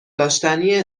داشتنیه